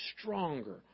stronger